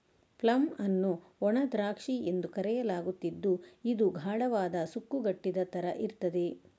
plum ಅನ್ನು ಒಣ ದ್ರಾಕ್ಷಿ ಎಂದು ಕರೆಯಲಾಗುತ್ತಿದ್ದು ಇದು ಗಾಢವಾದ, ಸುಕ್ಕುಗಟ್ಟಿದ ತರ ಇರ್ತದೆ